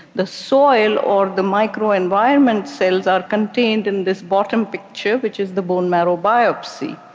the soil, or the microenvironment cells, are contained in this bottom picture, which is the bone marrow biopsy.